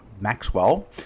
Maxwell